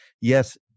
yes